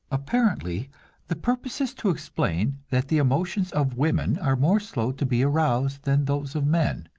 apparently the purpose is to explain that the emotions of women are more slow to be aroused than those of men,